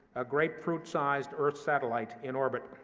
a grapefruit-sized earth satellite, in orbit.